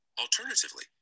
Alternatively